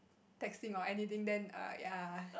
texting or anything than err ya